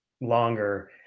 longer